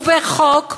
ובחוק,